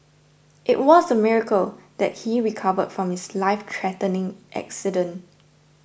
it was a miracle that he recover from his life threatening accident